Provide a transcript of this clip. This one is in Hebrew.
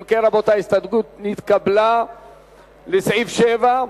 אם כן, רבותי, ההסתייגות לסעיף 7 נתקבלה.